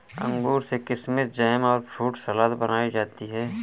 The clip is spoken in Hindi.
अंगूर से किशमिस जैम और फ्रूट सलाद बनाई जाती है